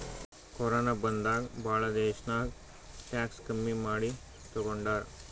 corona ಬಂದಾಗ್ ಭಾಳ ದೇಶ್ನಾಗ್ ಟ್ಯಾಕ್ಸ್ ಕಮ್ಮಿ ಮಾಡಿ ತಗೊಂಡಾರ್